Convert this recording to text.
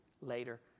later